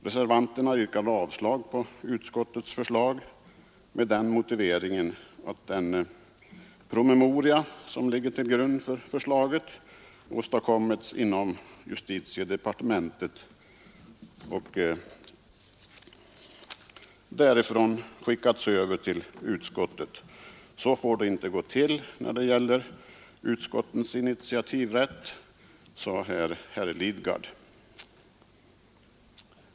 Reservanterna yrkar avslag på utskottets förslag med motiveringen att den promemoria som ligger till grund för förslaget åstadkommits inom justitiedepartementet och därifrån sänts över till utskottet. Så får det inte gå till när det gäller utskottens initiativrätt, sade herr Lidgard.